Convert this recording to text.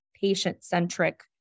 patient-centric